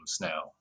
now